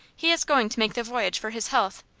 he is going to make the voyage for his health,